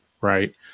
right